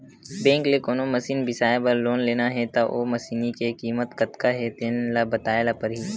bank ले कोनो machine बिसाए बर लोन लेना हे त ओ मसीनी के कीमत कतका हे तेन ल बताए ल परही